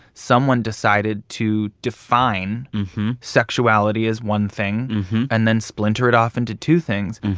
someone decided to define sexuality as one thing and then splinter it off into two things.